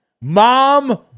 Mom